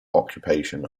occupation